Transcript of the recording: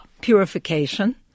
purification